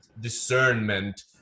discernment